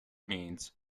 means